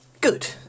Good